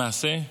למעשה,